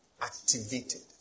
Activated